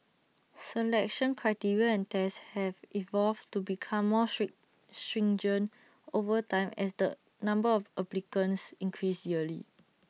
selection criteria and tests have evolved to become more stringent over time as the number of applicants increase yearly